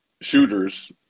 shooters